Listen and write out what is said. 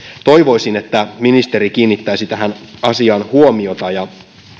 toivoisin että ministeri kiinnittäisi tähän asiaan huomiota ja